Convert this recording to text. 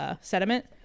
Sediment